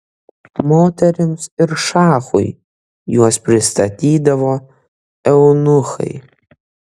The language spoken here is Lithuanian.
moterims ir šachui juos pristatydavo eunuchai